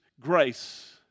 grace